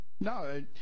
No